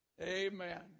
Amen